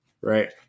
right